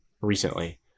recently